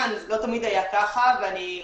אז קודם כל אני מקדמת בברכה את הגב' שי-לי שפיגלמן.